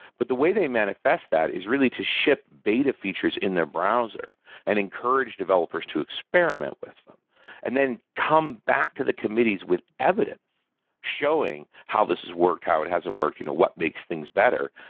but the way they manifest that is really to ship beta features in their browser and encourage developers to experiment with them and then come back to the committees with evidence showing how this has worked, how it hasn't worked. you know what makes things better?